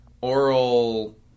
oral